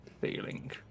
feeling